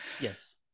Yes